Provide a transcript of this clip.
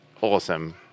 awesome